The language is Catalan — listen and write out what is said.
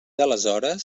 aleshores